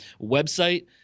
website